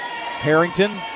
Harrington